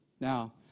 Now